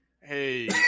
Hey